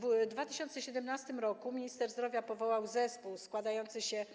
W 2017 r. minister zdrowia powołał zespół składający się